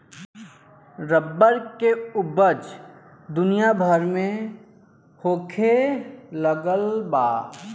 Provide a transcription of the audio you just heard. rubber के ऊपज दुनिया भर में होखे लगल बा